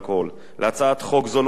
להצעת חוק זו לא הוגשו הסתייגויות.